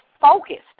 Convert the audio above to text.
focused